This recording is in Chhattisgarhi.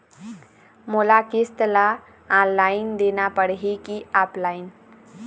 मोला किस्त ला ऑनलाइन देना पड़ही की ऑफलाइन?